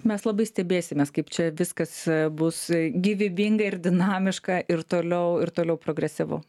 mes labai stebėsimės kaip čia viskas bus gyvybinga ir dinamiška ir toliau ir toliau progresyvu